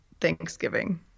Thanksgiving